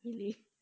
really